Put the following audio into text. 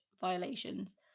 violations